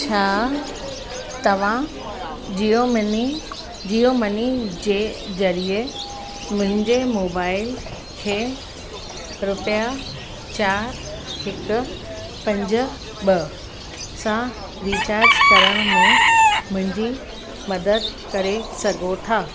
छा तव्हां Jio money Jio money जे ज़रिए मुंहिंजे मोबाइल खे रुपया चारि हिकु पंज ॿ सां रीचार्ज करण में मुंहिंजी मदद करे सघो था